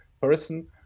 person